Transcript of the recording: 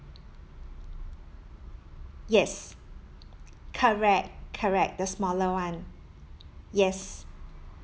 yes correct correct the smaller one yes